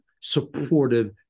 supportive